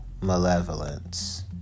malevolence